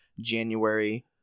January